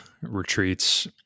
retreats